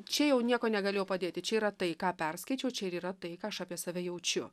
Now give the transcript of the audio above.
čia jau nieko negalėjau padėti čia yra tai ką perskaičiau čia ir yra tai ką aš apie save jaučiu